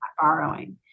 borrowing